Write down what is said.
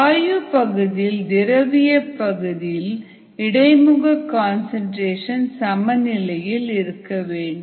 வாயு பகுதியிலும் திரவிய பகுதியிலும் இடைமுக கன்சன்ட்ரேஷன் சமநிலையில் இருக்க வேண்டும்